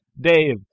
Dave